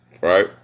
right